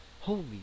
Holy